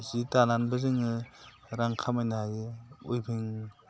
जि दानानैबो जोङो रां खामायनो हायो उइभिं